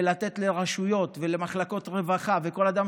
ולתת לרשויות ולמחלקות רווחה כך שכל אדם